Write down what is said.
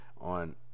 on